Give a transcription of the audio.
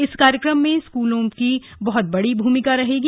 इस कार्यक्रम में स्कूलों की बहत बड़ी भूमिका रहेगी